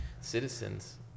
citizens